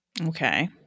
Okay